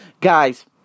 guys